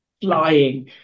flying